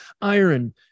iron